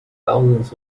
thousands